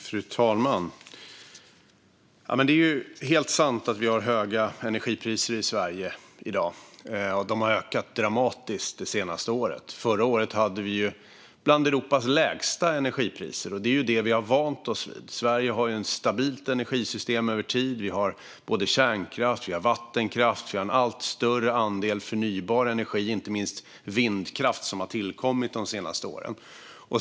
Fru talman! Det är helt sant att vi har höga energipriser i Sverige i dag. De har ökat dramatiskt det senaste året. Förra året hade Sverige bland Europas lägsta energipriser. Och det är vad vi har vant oss vid. Sverige har ett stabilt energisystem över tid, och vi har både kärnkraft, vattenkraft, en allt större andel förnybar energi, inte minst vindkraft, som har tillkommit de senaste åren.